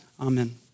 Amen